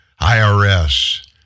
IRS